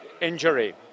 injury